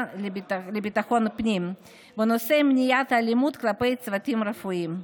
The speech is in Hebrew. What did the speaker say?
ביטחון הפנים בנושא מניעת אלימות כלפי צוותים רפואיים.